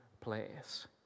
place